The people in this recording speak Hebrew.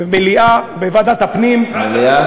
במליאה, בוועדת הפנים, מליאה?